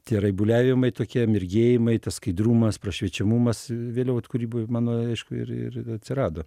tie raibuliavimai tokie mirgėjimai tas skaidrumas prašviečiamumas vėliau vat kūryboj mano aišku ir ir atsirado